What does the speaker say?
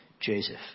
Joseph